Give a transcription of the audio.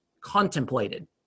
contemplated